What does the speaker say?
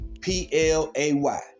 p-l-a-y